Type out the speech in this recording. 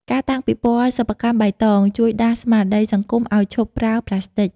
ការតាំងពិព័រណ៍សិប្បកម្មបៃតង ជួយដាស់ស្មារតីសង្គមឱ្យឈប់ប្រើផ្លាស្ទិក។